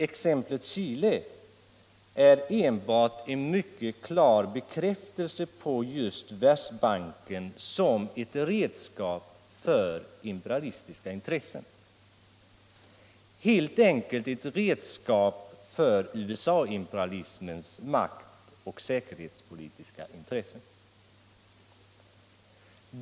Exemplet Chile är enbart en mycket klar bekräftelse på just Världsbanken som ett redskap för imperialistiska intressen — helt enkelt ett redskap för USA imperialismens makt och säkerhetspolitiska intres sen.